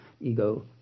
ego